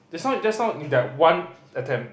that's why just now in that one attempt